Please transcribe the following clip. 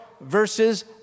verses